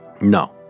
No